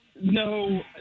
no